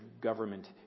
government